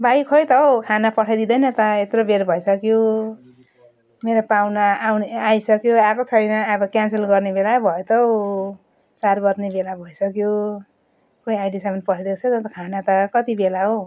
भाइ खोइ त हो खाना पठाइदिँदैन त हो यत्रो बेला भइसक्यो मेरो पाहुना आउने आइसक्यो आएको छैन अब क्यान्सल गर्ने बेला भयो त हो चार बज्ने बेला भइसक्यो खोइ अहिलेसम्म पठाइदिएको छैन त खाना त कति बेला हो